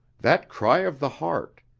that cry of the heart,